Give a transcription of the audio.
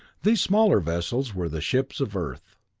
these smaller vessels were the ships of earth.